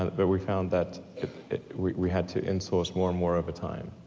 but we found that we had to in-source more and more over time.